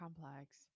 complex